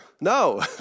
No